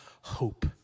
hope